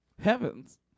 Heavens